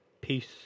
Peace